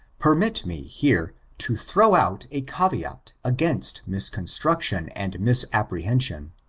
permit me, here, to throw out a caveate against misconstruction and misrepresentation.